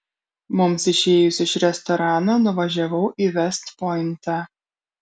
mums išėjus iš restorano nuvažiavau į vest pointą